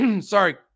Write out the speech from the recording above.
sorry